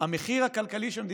המחיר הכלכלי שישראל